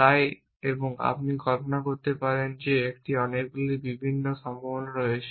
তাই এবং আপনি কল্পনা করতে পারেন যে একটি অনেকগুলি বিভিন্ন সম্ভাবনা রয়েছে